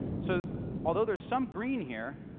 so although there's some green here,